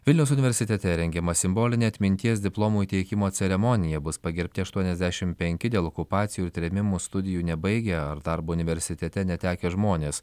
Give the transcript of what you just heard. vilniaus universitete rengiama simbolinė atminties diplomų įteikimo ceremonija bus pagerbti aštuoniasdešim penki dėl okupacijų ir trėmimų studijų nebaigę ar darbo universitete netekę žmonės